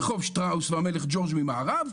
רחוב שטראוס והמלך ג'ורג' ממערב,